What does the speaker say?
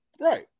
Right